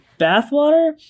bathwater